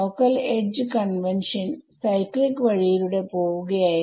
local edge convention local edge convention cyclic വഴിയിലൂടെ പോവുകയായിരുന്നു